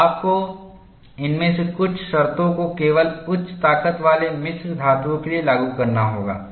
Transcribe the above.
तो आपको इनमें से कुछ शर्तों को केवल उच्च ताकत वाले मिश्र धातुओं के लिए लागू करना होगा